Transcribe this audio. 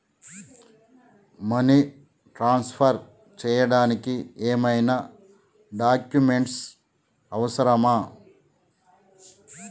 Money transfer చేయడానికి ఏమైనా documents అవసరమా?